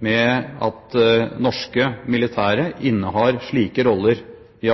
med at norske militære innehar slike roller i